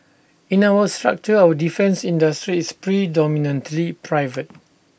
in our structure our defence industry is predominantly private